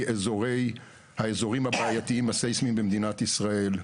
האזורים הבעייתיים הססמיים במדינת ישראל.